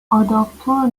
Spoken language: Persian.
آداپتور